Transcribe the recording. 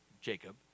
Jacob